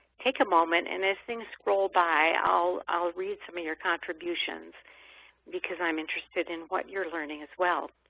take a moment and as things scroll by, i'll i'll read some of your contributions because i'm interested in what you're learning as well.